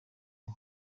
ubu